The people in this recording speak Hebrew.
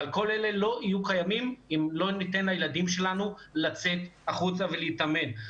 אבל כל אלה לא יהיו קיימים אם לא ניתן לילדים שלנו לצאת החוצה ולהתאמן.